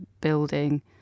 building